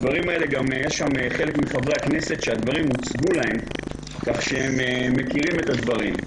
יש חלק מחברי הכנסת שהדברים הוצגו להם כך שהם מכירים את הדברים.